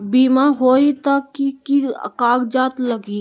बिमा होई त कि की कागज़ात लगी?